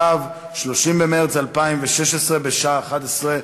זה לא דבר שאני שמח עליו,